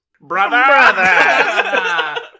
Brother